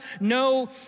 no